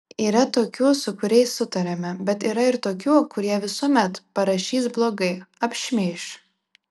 yra tokių su kuriais sutariame bet yra ir tokių kurie visuomet parašys blogai apšmeiš